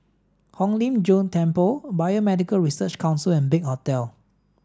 Hong Lim Jiong Temple Biomedical Research Council and Big Hotel